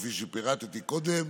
כפי שפירטתי קודם,